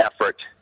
effort